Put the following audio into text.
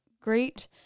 great